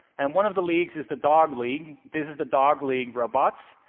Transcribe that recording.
and one of the leagues is the dog league. this is the dog league robots.